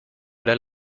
their